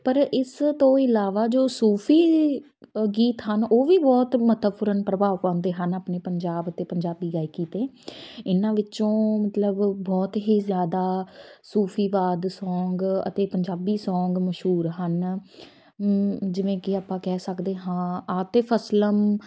ਪਰ ਇਸ ਤੋਂ ਇਲਾਵਾ ਜੋ ਸੂਫ਼ੀ ਅ ਗੀਤ ਹਨ ਉਹ ਵੀ ਬਹੁਤ ਮਹੱਤਵਪੂਰਨ ਪ੍ਰਭਾਵ ਪਾਉਂਦੇ ਹਨ ਆਪਣੇ ਪੰਜਾਬ ਅਤੇ ਪੰਜਾਬੀ ਗਾਇਕੀ 'ਤੇ ਇਹਨਾਂ ਵਿੱਚੋਂ ਮਤਲਬ ਬਹੁਤ ਹੀ ਜ਼ਿਆਦਾ ਸੂਫ਼ੀਵਾਦ ਸੌਂਗ ਅਤੇ ਪੰਜਾਬੀ ਸੌਂਗ ਮਸ਼ਹੂਰ ਹਨ ਜਿਵੇਂ ਕਿ ਆਪਾਂ ਕਹਿ ਸਕਦੇ ਹਾਂ ਆਤਿਫ ਅਸਲਮ